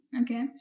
okay